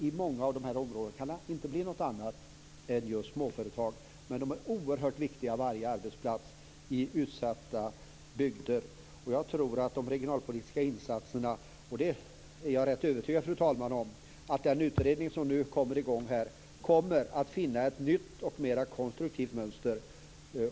I många av de berörda områdena kan det inte bli något annat än just småföretag, men varje arbetsplats är oerhört viktig i en utsatt bygd. Jag är, fru talman, rätt övertygad om att den utredning om de regionalpolitiska insatserna som nu skall sättas i gång kommer att finna ett nytt och mera konstruktivt mönster.